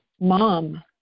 Mom